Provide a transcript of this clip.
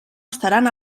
estaran